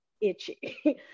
itchy